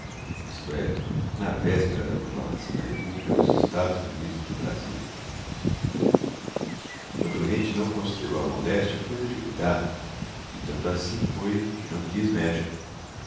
isto é na véspera da proclamação da república dos estados unidos do brasil o doente não considerou a moléstia coisa de cuidado e tanto assim foi que não quis médico